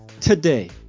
today